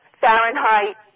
Fahrenheit